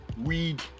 weed